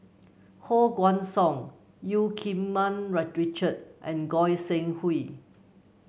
Koh Guan Song Eu Keng Mun Richard and Goi Seng Hui